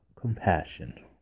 compassion